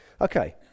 okay